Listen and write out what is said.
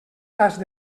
tast